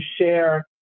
share